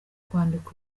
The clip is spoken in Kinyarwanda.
kwandika